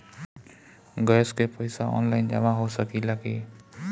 Gas के पइसा online जमा हो सकेला की?